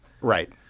Right